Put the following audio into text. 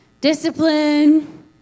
Discipline